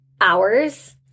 hours